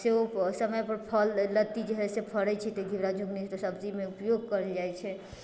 से ओ समयपर फल लत्ती जे हइ से फरे छै तऽ घेरा झिङ्गुली सब्जीमे उपयोग कएल जाइ छै